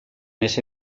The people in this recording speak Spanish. ese